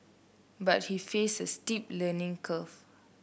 but he faced a steep learning curve